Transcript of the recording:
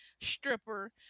stripper